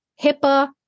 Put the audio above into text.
HIPAA